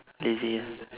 lazy ah